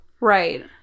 Right